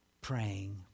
praying